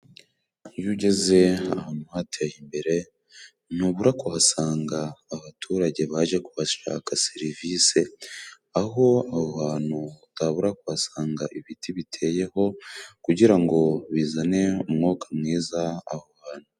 Iyo ugeze ahantu hateye imbere ntubura kuhasanga abaturage baje kubashaka serivise, aho aho hantu utabura kuhasanga ibiti biteyeho, kugira ngo bizane umwuka mwiza aho hantu.